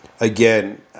Again